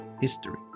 History